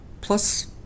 Plus